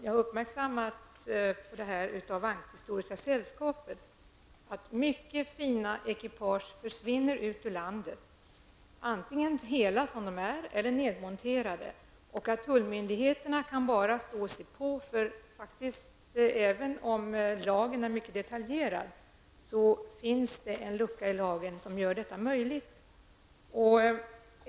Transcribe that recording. Jag har av Vagnshistoriska sällskapet uppmärksammats på att många fina ekipage försvinner ut i landet antingen hela eller nedmonterade, och tullmyndigheterna kan bara stå och se på. Även om lagen är mycket detaljerad finns en lucka i lagen som gör detta möjligt.